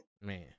Man